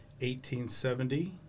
1870